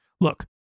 Look